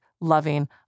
loving